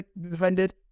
defended